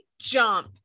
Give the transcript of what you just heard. jump